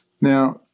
Now